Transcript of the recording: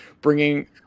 bringing